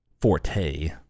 forte